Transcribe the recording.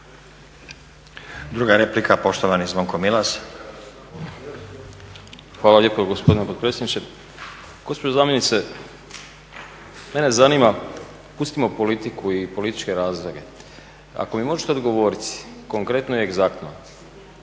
Druga replika, poštovani Zvonko Milas. **Milas, Zvonko (HDZ)** Hvala lijepo gospodine potpredsjedniče. Gospođo zamjenice, mene zanima, pustimo politiku i političke razloge, ako mi možete odgovoriti konkretno i egzaktno